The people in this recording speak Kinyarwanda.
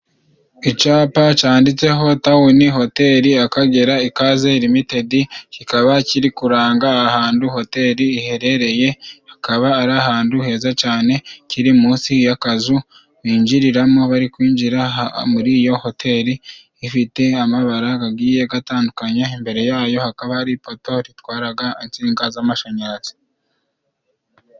Icapa canditseho Tawuni Hoteli Akagera ikaze limitedi. Kikaba kiri kuranga ahantu hoteli iherereye, hakaba ari ahantu heza cane. Kiri munsi y'akazu binjiriramo bari kwinjira ha muri iyo hoteli ifite amabara gagiye gatandukanye, imbere yayo hakaba hari ipoto itwaraga insinga z'amashanyarazi.